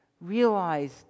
realize